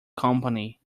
company